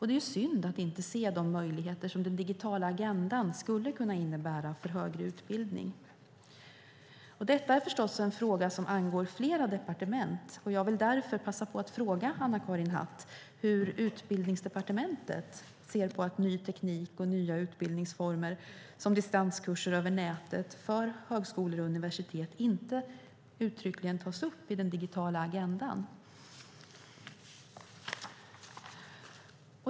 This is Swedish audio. Det är synd att inte se de möjligheter som den digitala agendan skulle kunna innebära för högre utbildning. Detta är förstås en fråga som angår flera departement. Jag vill därför passa på att fråga Anna-Karin Hatt hur Utbildningsdepartementet ser på att ny teknik och nya utbildningsformer, till exempel distanskurser över nätet för högskolor och universitet, inte uttryckligen tas upp i den digitala agendan.